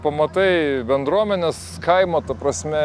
pamatai bendruomenes kaimo ta prasme